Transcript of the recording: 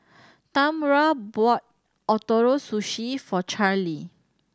Tamra bought Ootoro Sushi for Charlee